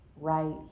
right